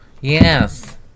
Yes